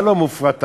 מה לא מופרט היום?